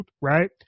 Right